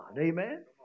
Amen